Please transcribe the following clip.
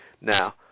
now